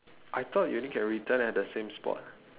I thought you only can return at the same spot